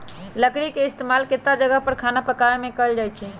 लकरी के इस्तेमाल केतता जगह पर खाना पकावे मे कएल जाई छई